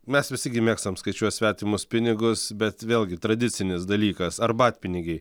mes visi gi mėgstam skaičiuot svetimus pinigus bet vėlgi tradicinis dalykas arbatpinigiai